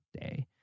day